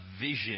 vision